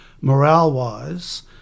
morale-wise